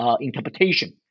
interpretation